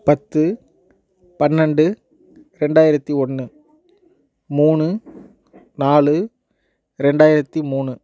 பத்து பன்னெண்டு ரெண்டாயிரத்தி ஒன்று மூணு நாலு ரெண்டாயிரத்தி மூணு